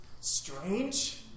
strange